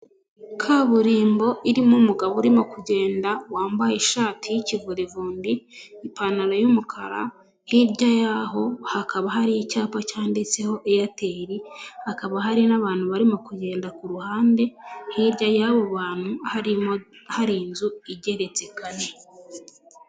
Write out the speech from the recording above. Kaburimbo irimo umugabo urimo kugenda wambaye ishati y'ikivurivundi ipantaro y'umukara hirya y'aho hakaba hari icyapa cyanditseho eyateri hakaba hari n'abantu barimo kugenda ku ruhande hirya y'abo bantu harimo inzu igeretse kane.